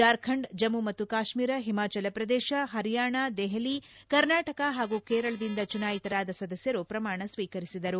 ಜಾರ್ಖಂಡ್ ಜಮ್ಮು ಮತ್ತು ಕಾಶ್ಮೀರ ಹಿಮಾಚಲ ಪ್ರದೇಶ ಪರಿಯಾಣ ದೆಹಲಿ ಕರ್ನಾಟಕ ಹಾಗೂ ಕೇರಳದಿಂದ ಚುನಾಯಿತರಾದ ಸದಸ್ಯರು ಪ್ರಮಾಣ ಸ್ವೀಕರಿಸಿದರು